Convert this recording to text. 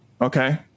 Okay